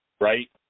right